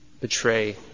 betray